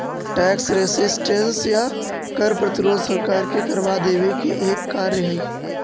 tax resistance या कर प्रतिरोध सरकार के करवा देवे के एक कार्य हई